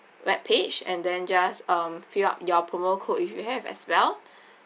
webpage and then just um fill up your promo code if you have as well